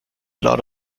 lot